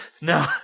No